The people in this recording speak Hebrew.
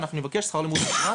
אנחנו נבקש שכר לימוד מפורט,